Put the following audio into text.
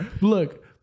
Look